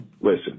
Listen